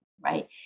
Right